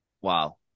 Wow